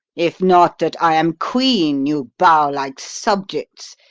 if not that, i am queen, you bow like subjects,